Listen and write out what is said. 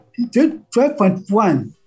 12.1